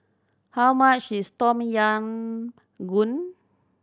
how much is Tom Yam Goong